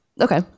Okay